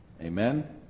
amen